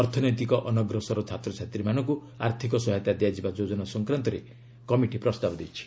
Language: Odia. ଅର୍ଥନୈତିକ ଅନଗ୍ରସର ଛାତ୍ରଛାତ୍ରୀମାନଙ୍କୁ ଆର୍ଥକ ସହାୟତା ଦିଆଯିବା ଯୋଜନା ସଂକ୍ରାନ୍ତରେ ମଧ୍ୟ କମିଟି ପ୍ରସ୍ତାବ ଦେଇଛି